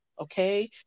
okay